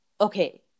okay